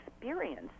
experience